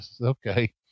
Okay